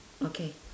okay